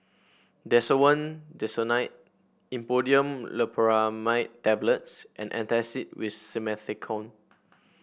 Desowen Desonide Imodium Loperamide Tablets and Antacid with Simethicone